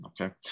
okay